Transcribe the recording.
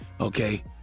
Okay